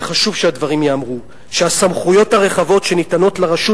וחשוב שהדברים ייאמרו ש"הסמכויות הרחבות שניתנות לרשות